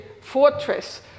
fortress